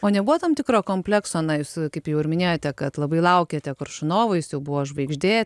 o nebuvo tam tikro komplekso na jūs kaip jau minėjote kad labai laukėte koršunovo jis jau buvo žvaigždė